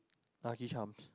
lucky charms